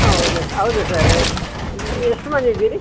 ಹೌದು ಹೌದು ಸರ್ ಎಷ್ಟು ಮಂದಿ ಇದ್ದೀರಿ